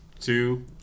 Two